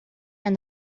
and